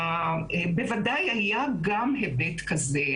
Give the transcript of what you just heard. בוודאי היה גם היבט כזה,